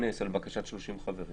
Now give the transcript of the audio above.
תתכנס על בקשת 30 חברים,